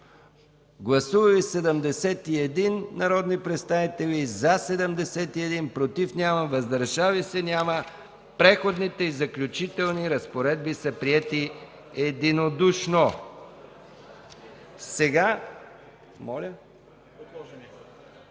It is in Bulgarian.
Гласували 71 народни представители: за 71, против и въздържали се няма. Преходните и заключителни разпоредби са приети единодушно. (Реплика